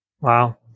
Wow